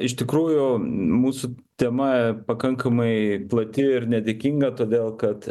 iš tikrųjų mūsų tema pakankamai plati ir nedėkinga todėl kad